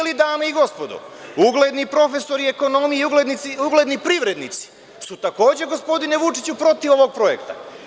Ili, dame i gospodo ugledni profesor ekonomije i ugledni privrednici su takođe, gospodine Vučiću, protiv ovog projekta.